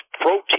protein